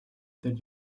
that